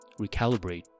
recalibrate